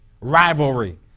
rivalry